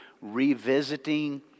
revisiting